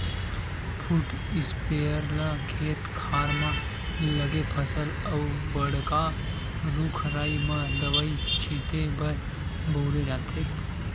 foot sprayer ल खेत खार म लगे फसल अउ बड़का रूख राई म दवई छिते बर बउरे जाथे